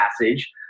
passage